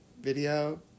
video